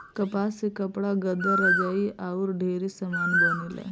कपास से कपड़ा, गद्दा, रजाई आउर ढेरे समान बनेला